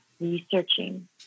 researching